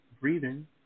breathing